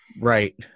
right